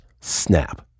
snap